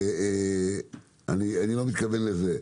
מתכוון לזה.